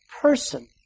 person